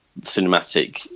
cinematic